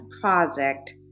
project